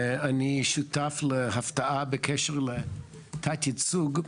אני שותף להפתעה בקשר לתת ייצוג.